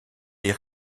des